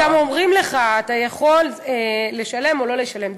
גם אומרים לך: אתה יכול לשלם או לא לשלם.